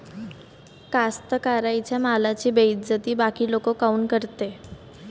कास्तकाराइच्या मालाची बेइज्जती बाकी लोक काऊन करते?